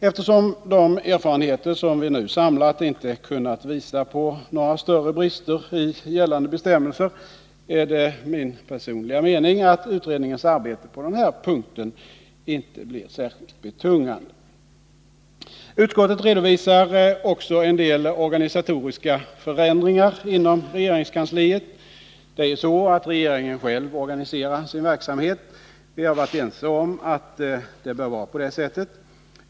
Eftersom de erfarenheter som vi nu har samlat inte har kunnat visa på några större brister i gällande bestämmelser, är det min personliga mening att utredningens arbete på den här punkten inte blir särskilt betungande. Utskottet redovisar också en del organisatoriska förändringar inom regeringskansliet. Regeringen organiserar själv sin verksamhet. Vi har varit ense om att det bör vara på det sättet.